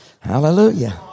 Hallelujah